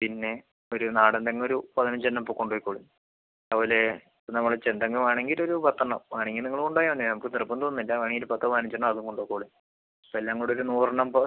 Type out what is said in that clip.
പിന്നെ ഒരു നാടൻ തെങ്ങ് ഒരു പതിനഞ്ച് എണ്ണം ഇപ്പോൾ കൊണ്ടു പോയിക്കോളൂ അതുപോലെ ഇപ്പം നമ്മൾ ചെന്തെങ്ങ് വേണമെങ്കിൽ ഒരു പത്ത് എണ്ണം വേണമെങ്കിൽ നിങ്ങൾ കൊണ്ടു പോയാൽ മതി നമുക്ക് നിർബന്ധം ഒന്നും ഇല്ല വേണമെങ്കിൽ പത്തോ പതിനഞ്ചോ എണ്ണം അതും കൊണ്ടു പോക്കോളൂ അപ്പോൾ എല്ലാം കൂടി ഒരു നൂറ് എണ്ണം ആകുമ്പോൾ